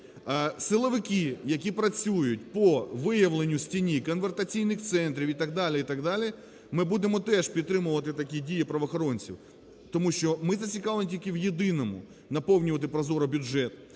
Силовики, які працюють по виявленню з тіні конвертаційних центрів і так далі, і так далі, ми будемо теж підтримувати такі дії правоохоронців , тому що ми зацікавлені тільки в єдиному – наповнювати прозоро бюджет.